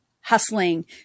hustling